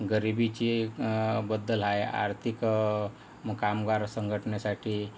गरिबीची बद्दल आहे आर्थिक कामगार संघटनेसाठी